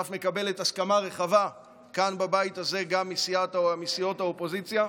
שאף מקבלת הסכמה רחבה כאן בבית הזה גם מסיעות האופוזיציה.